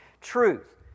Truth